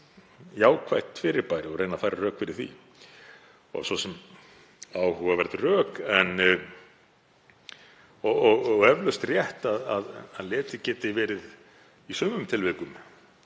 jákvætt fyrirbæri og reyndi að færa rök fyrir því. Það voru svo sem áhugaverð rök og eflaust rétt að leti getur í sumum tilvikum